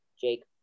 Jake